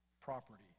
property